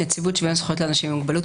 נציבות שוויון זכויות לאנשים עם מוגבלות,